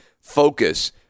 focus